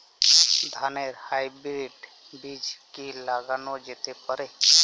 ধানের হাইব্রীড বীজ কি লাগানো যেতে পারে?